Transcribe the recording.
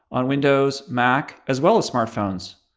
on windows, mac, as well as smartphones.